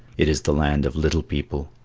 it is the land of little people,